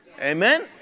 Amen